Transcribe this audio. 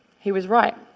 he was right.